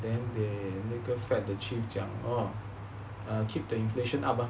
then they 那个 fad the chief 讲 orh keep the inflation up lor